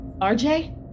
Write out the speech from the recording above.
RJ